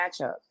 matchup